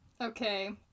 Okay